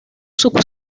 sub